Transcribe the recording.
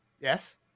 Yes